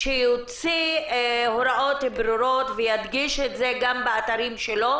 יוציא הוראות ברורות וידגיש גם באתרים שלו,